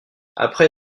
après